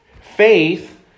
Faith